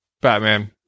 Batman